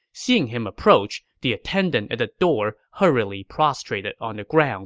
seeing him approach, the attendant at the door hurriedly prostrated on the ground